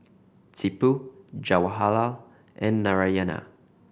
Tipu Jawaharlal and Narayana